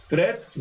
Fred